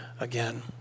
again